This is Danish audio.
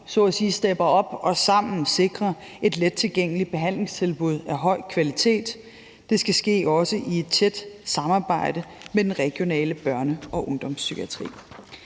så at sige stepper op og sammen sikrer et lettilgængeligt behandlingstilbud af høj kvalitet. Det skal ske også i et tæt samarbejde med den regionale børne- og ungdomspsykiatri.